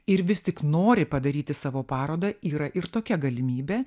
ir vis tik nori padaryti savo parodą yra ir tokia galimybė